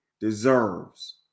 deserves